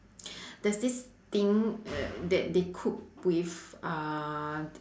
there's this thing uh that they cook with uh